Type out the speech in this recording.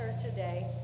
today